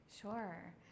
Sure